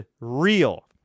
real